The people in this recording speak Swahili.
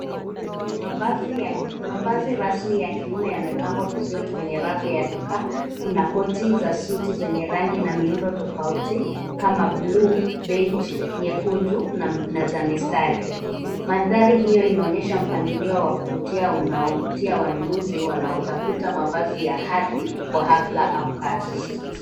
Mavazi rasmi ya kiume yamepagwa vizuri kwenye rafu ya duka kuna koti za suti zenye rangi na miundo tofauti kama [blue],[beige],nyekundu na za mistari. Mandhari hio inaonyesha mpangilio wa kuvutia unaovutia wanunuzi wanaotafuta mavazi hadhi kwa afla au kazi.